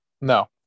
No